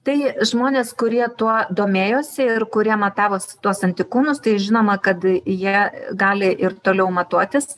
tai žmonės kurie tuo domėjosi ir kurie matavosi tuos antikūnus tai žinoma kad jie gali ir toliau matuotis